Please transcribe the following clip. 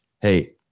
Hey